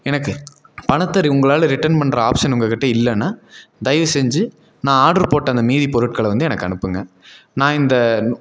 எனக்கு பணத்தை ரி உங்களால் ரிட்டர்ன் பண்ணுற ஆப்ஷன் உங்கள் கிட்டே இல்லைன்னா தயவு செஞ்சு நான் ஆர்டரு போட்ட அந்த மீதி பொருட்களை வந்து எனக்கு அனுப்புங்க நான் இந்த